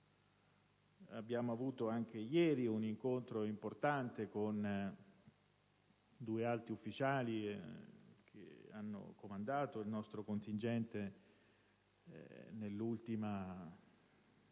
abbiamo avuto anche ieri un incontro importante con due alti ufficiali che hanno comandato il nostro contingente nell'ultimo periodo